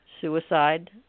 suicide